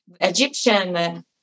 Egyptian